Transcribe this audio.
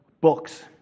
books